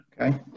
Okay